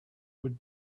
would